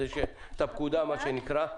את הפקודה מה שנקרא.